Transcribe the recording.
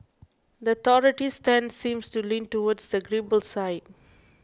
the authorities' stance seems to lean towards the agreeable side